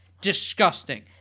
disgusting